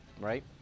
right